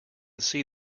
see